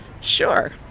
Sure